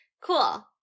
cool